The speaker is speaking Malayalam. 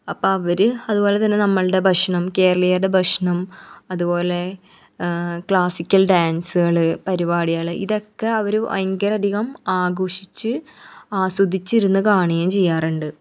അപ്പം അവർ അതുപോലെ തന്നെ നമ്മളുടെ ഭക്ഷണം കേരളീയരുടെ ഭക്ഷണം അതുപോലെ ക്ലാസ്സിക്കൽ ഡാൻസ്കൾ പരിപാടികൾ ഇതൊക്കെ അവർ ഭയങ്കരധികം ആഘോഷിച്ച് ആസ്വദിച്ചിരുന്നു കണ്വേം ചെയ്യാറുണ്ട്